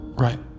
Right